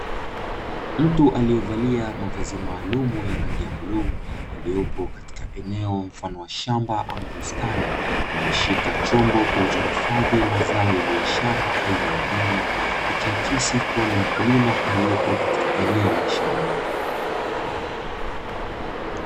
Mtu aliyevalia mavazi maalumu ya rangi ya bluu, aliyepo katika eneo mfano wa shamba ama bustani, aliyeshika chombo kilichohifadhi mazao ya biashara aina ya nyanya, ikiakisi kuwa ni mkulima aliyepo katika eneo la shamba.